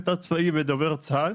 כתב צבאי בדובר צה"ל.